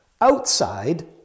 outside